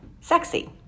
sexy